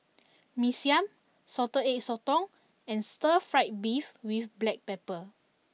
Mee Siam Salted Egg Sotong and Stir Fried Beef with Black Pepper